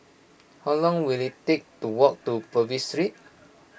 how long will it take to walk to Purvis Street